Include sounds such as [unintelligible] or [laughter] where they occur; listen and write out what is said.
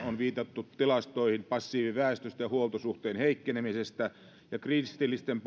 on viitattu tilastoihin passiiviväestöstä ja huoltosuhteen heikkenemisestä ja kristillisten [unintelligible]